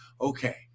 Okay